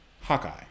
Hawkeye